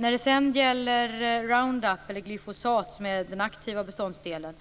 När det gäller Roundup, eller glyfosat som är den aktiva beståndsdelen,